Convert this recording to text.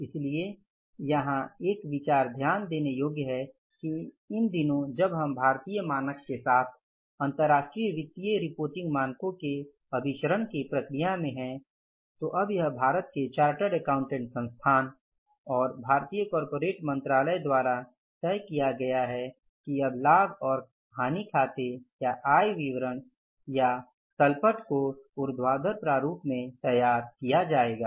इसलिए यहां एक विचार ध्यान देने योग्य है कि इन दिनों जब हम भारतीय मानक के साथ अंतरराष्ट्रीय वित्तीय रिपोर्टिंग मानकों के अभिसरण की प्रक्रिया में हैं तो अब यह भारत के चार्टर्ड एकाउंटेंट संस्थान और भारतीय कॉर्पोरेट मंत्रालय द्वारा तय किया गया है कि अब लाभ और हानि खाते या आय विवरण और तल पट को ऊर्ध्वाधर प्रारूप में तैयार किया जाएगा